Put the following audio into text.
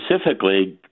specifically